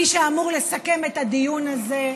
מי שאמור לסכם את הדיון הזה,